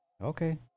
Okay